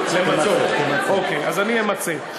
אוקיי, אז אני אמצה.